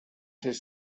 his